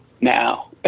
now